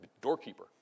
doorkeeper